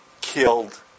killed